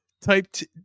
typed